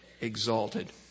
exalted